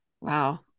wow